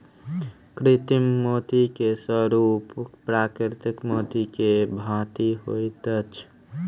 कृत्रिम मोती के स्वरूप प्राकृतिक मोती के भांति होइत अछि